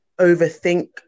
overthink